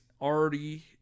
already